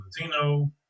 Latino